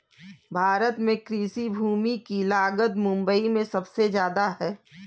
भारत में कृषि भूमि की लागत मुबई में सुबसे जादा है